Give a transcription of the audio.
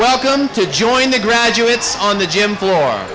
welcome to join the graduates on the gym floor